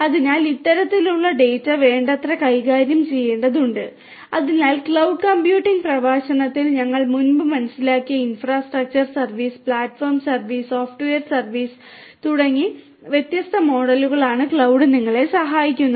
അതിനാൽ ഇത്തരത്തിലുള്ള ഡാറ്റ വേണ്ടത്ര കൈകാര്യം ചെയ്യേണ്ടതുണ്ട് അതിനാൽ ക്ലൌഡ് കമ്പ്യൂട്ടിംഗ് പ്രഭാഷണത്തിൽ ഞങ്ങൾ മുമ്പ് മനസ്സിലാക്കിയ ഇൻഫ്രാസ്ട്രക്ചർ സർവീസ് തുടങ്ങിയ വ്യത്യസ്ത മോഡലുകളാണ് ക്ലൌഡ് നിങ്ങളെ സഹായിക്കുന്നത്